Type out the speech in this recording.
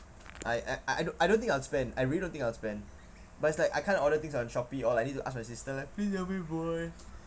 I I I don't I don't think I will spend I really don't think I will spend but it's like I can't order things on Shopee all I need to ask my sister like please help me buy